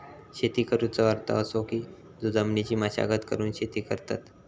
शेती करुचो अर्थ असो की जो जमिनीची मशागत करून शेती करतत